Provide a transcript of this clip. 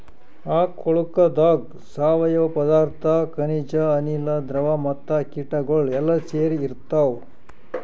ಆ ಕೊಳುಕದಾಗ್ ಸಾವಯವ ಪದಾರ್ಥ, ಖನಿಜ, ಅನಿಲ, ದ್ರವ ಮತ್ತ ಕೀಟಗೊಳ್ ಎಲ್ಲಾ ಸೇರಿಸಿ ಇರ್ತಾವ್